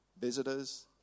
visitors